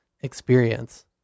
experience